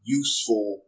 useful